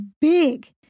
big